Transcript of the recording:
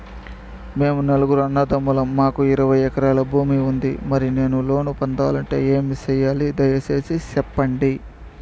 మేము నలుగురు అన్నదమ్ములం మాకు ఇరవై ఎకరాల భూమి ఉంది, మరి నేను లోను పొందాలంటే ఏమి సెయ్యాలి? దయసేసి సెప్పండి?